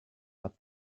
but